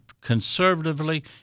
conservatively